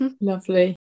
lovely